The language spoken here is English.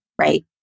right